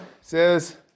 says